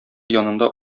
янында